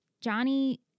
Johnny